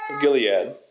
Gilead